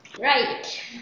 right